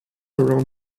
around